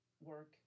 work